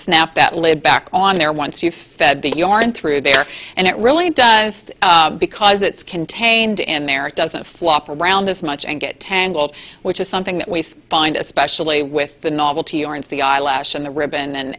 snap that lid back on there once you fed the yarn through there and it really does because it's contained in there it doesn't flop around this much and get tangled which is something that we find especially with the novelty or it's the eyelash in the ribbon and